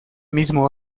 mismo